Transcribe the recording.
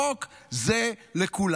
חוק זה לכולם.